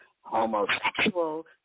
homosexual